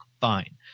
fine